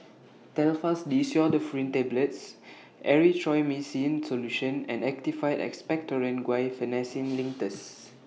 Telfast D Pseudoephrine Tablets Erythroymycin Solution and Actified Expectorant Guaiphenesin Linctus